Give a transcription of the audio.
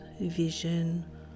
vision